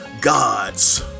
God's